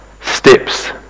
steps